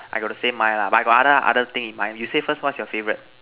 I got the same mind lah but I got other other thing in mind you say first what's your favourite